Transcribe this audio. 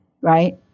right